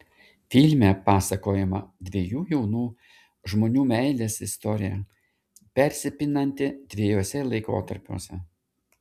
filme pasakojama dviejų jaunų žmonių meilės istorija persipinanti dviejuose laikotarpiuose